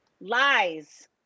lies